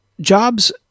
jobs